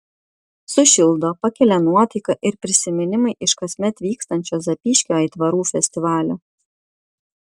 sušildo pakelia nuotaiką ir prisiminimai iš kasmet vykstančio zapyškio aitvarų festivalio